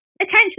attention